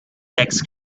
legs